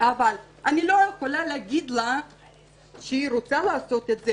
אבל אני לא יכולה להגיד לה לא אם היא רוצה לעשות את זה.